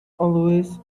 always